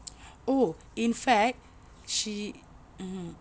oh in fact she mmhmm